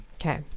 Okay